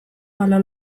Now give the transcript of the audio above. ala